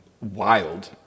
wild